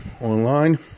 online